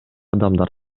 адамдар